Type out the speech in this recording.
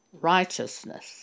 righteousness